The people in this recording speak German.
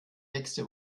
nächste